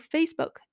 Facebook